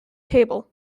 table